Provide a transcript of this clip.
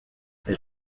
elle